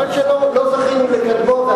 שלא זכינו לקדמו,